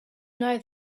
know